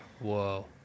Whoa